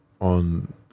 on